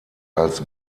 als